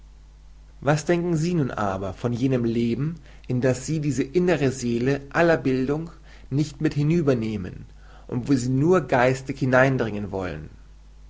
was denken sie nun aber von jenem leben in das sie diese innere seele aller bildung nicht mit hinüber nehmen und wo sie nur geistig hineindringen wollen